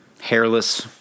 Hairless